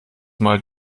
mal